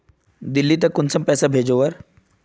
दिल्ली त कुंसम पैसा भेज ओवर?